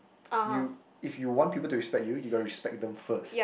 you if you want people to respect you you gotta respect them first